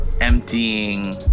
emptying